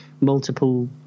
multiple